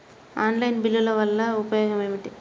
Online బిల్లుల వల్ల ఉపయోగమేమిటీ?